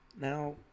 Now